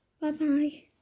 bye-bye